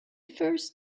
first